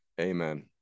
Amen